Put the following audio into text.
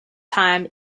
time